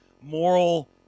moral